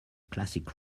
classic